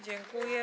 Dziękuję.